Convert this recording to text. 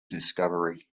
discovery